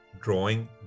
Drawing